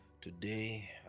Today